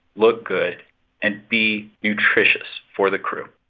look good and be nutritious for the crew?